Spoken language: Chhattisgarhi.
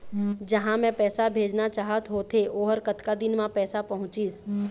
जहां मैं पैसा भेजना चाहत होथे ओहर कतका दिन मा पैसा पहुंचिस?